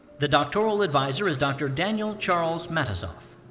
the doctoral advisor is dr. daniel charles matisoff.